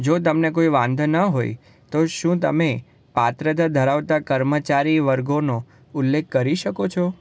જો તમને કોઈ વાંધો ન હોય તો શું તમે પાત્રતા ધરાવતા કર્મચારી વર્ગોનો ઉલ્લેખ કરી શકો છો